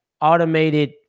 automated